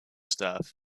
stuff